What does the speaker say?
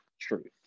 truth